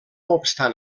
obstant